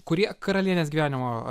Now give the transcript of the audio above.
kurie karalienės gyvenimo